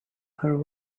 her